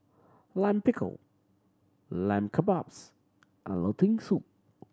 Lime Pickle Lamb Kebabs and Lentil Soup